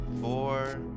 four